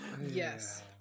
Yes